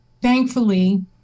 thankfully